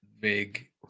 big